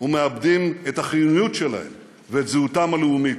ומאבדים את החיוניות שלהם ואת זהותם הלאומית.